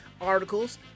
articles